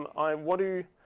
um i want to,